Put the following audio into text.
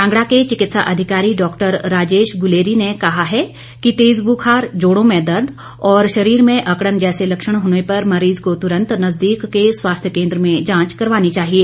कांगड़ा के चिकित्सा अधिकारी डॉक्टर राजेश गुलेरी ने कहा है कि तेज बुखार जोड़ो में दर्द और शरीर में अकड़न जैसे लक्षण होने पर मरीज को तुरंत नजदीक के स्वास्थ्य केंद्र में जांच करवानी चाहिए